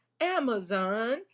amazon